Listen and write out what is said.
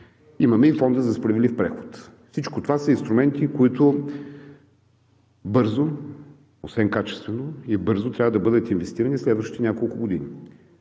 имаме и Фонда за справедлив преход. Всичко това са инструменти, които освен качествено и бързо трябва да бъдат инвестирани в следващите няколко години.